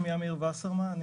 אני אמיר וסרמן ,